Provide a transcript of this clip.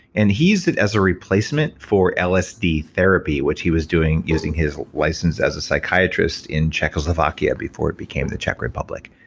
and he used it as a replacement for lsd therapy which he was doing using his license as a psychiatrist in czechoslovakia before it became the czech republic.